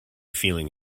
feeling